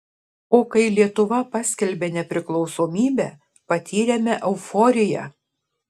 o kai lietuva paskelbė nepriklausomybę patyrėme euforiją